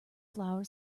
flower